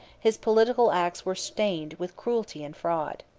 his political acts were stained with cruelty and fraud.